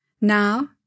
Now